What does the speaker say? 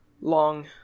long